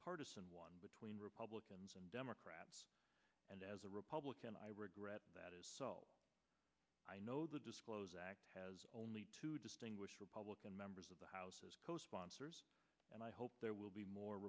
partisan one between republicans and democrats and as a republican i regret that is all i know the disclose act has only two distinguished republican members of the house as co sponsors and i hope there will be more